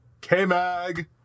K-Mag